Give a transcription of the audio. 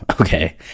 Okay